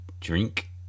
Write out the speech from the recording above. drink